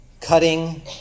cutting